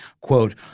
Quote